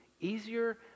easier